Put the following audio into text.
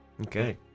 Okay